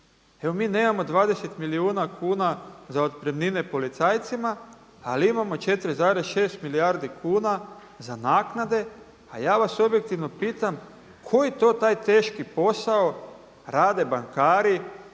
Evo mi nemamo 20 milijuna kuna za otpremnine policajcima, ali imamo 4,6 milijardi kuna za naknade. A ja vas objektivno pitam koji to taj teški posao rade bankari